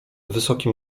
wysokim